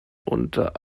unter